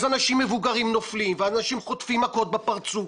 אז אנשים מבוגרים נופלים ואנשים חוטפים מכות בפרצוף